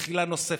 מחילה נוספת,